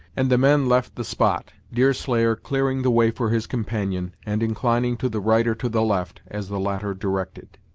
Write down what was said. and the men left the spot, deerslayer clearing the way for his companion, and inclining to the right or to the left, as the latter directed.